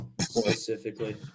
specifically